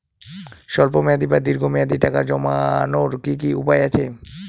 স্বল্প মেয়াদি বা দীর্ঘ মেয়াদি টাকা জমানোর কি কি উপায় আছে?